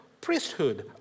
priesthood